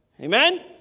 Amen